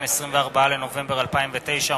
24 בנובמבר 2009,